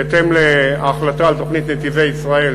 בהתאם להחלטה על תוכנית "נתיבי ישראל",